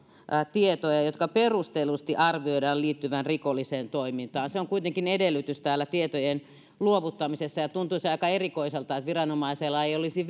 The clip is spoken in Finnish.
tietoja joiden perustellusti arvioidaan liittyvän rikolliseen toimintaan se on kuitenkin edellytys täällä tietojen luovuttamisessa tuntuisi aika erikoiselta että viranomaisella ei olisi